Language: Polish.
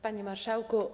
Panie Marszałku!